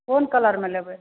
कोन कलरमे लेबै